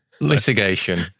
Litigation